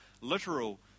literal